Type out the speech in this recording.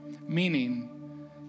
meaning